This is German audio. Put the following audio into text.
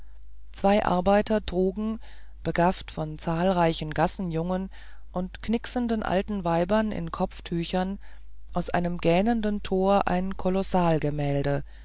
zwei arbeiter trugen begafft von zahlreichen gassenjungen und knicksenden alten weibern in kopftüchern aus einem gähnenden tor ein